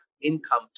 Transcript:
income